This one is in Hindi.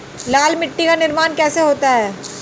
लाल मिट्टी का निर्माण कैसे होता है?